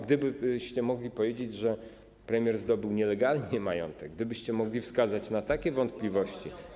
Gdybyście mogli powiedzieć, że premier zdobył nielegalnie majątek, gdybyście mogli wskazać takie wątpliwości.